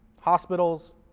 Hospitals